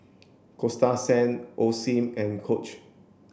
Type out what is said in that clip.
Coasta Sand Osim and Coach